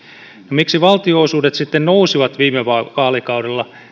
miksi valtionosuudet sitten nousivat viime vaalikaudella